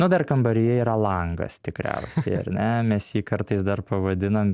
na dar kambaryje yra langas tikriausiai ar ne mes jį kartais dar pavadinam